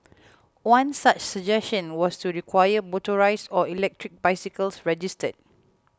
one such suggestion was to require motorised or electric bicycles registered